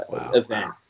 event